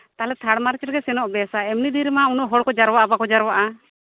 ᱛᱟᱞᱦᱮ ᱛᱷᱟᱲ ᱢᱟᱨᱪ ᱨᱮᱜᱮ ᱥᱮᱱᱚᱜ ᱵᱮᱥᱟ ᱮᱢᱱᱤ ᱫᱤᱱ ᱨᱮᱢᱟ ᱩᱱᱟᱹᱜ ᱦᱚᱲ ᱠᱚ ᱡᱟᱨᱣᱟᱜᱼᱟ ᱵᱟᱠᱚ ᱡᱟᱨᱣᱟᱜᱼᱟ